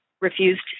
refused